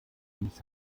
dies